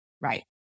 right